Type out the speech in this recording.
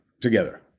together